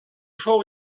fou